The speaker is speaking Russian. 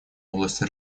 области